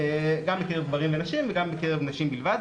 גם בקרב גברים ונשים וגם בקרב נשים בלבד.